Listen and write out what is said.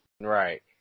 Right